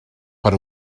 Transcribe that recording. per